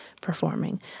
performing